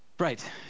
Right